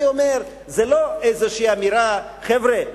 אני אומר שזו לא איזו אמירה: חבר'ה,